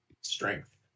Strength